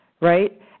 right